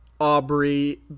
Aubrey